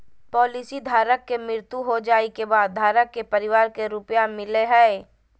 policy धारक के मृत्यु हो जाइ के बाद धारक के परिवार के रुपया मिलेय हइ